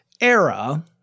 era